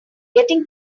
getting